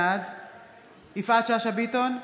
בעד יפעת שאשא ביטון,